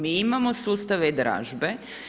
Mi imamo sustav e-dražbe.